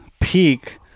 Peak